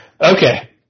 Okay